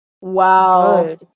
Wow